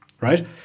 right